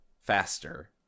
faster